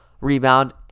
rebound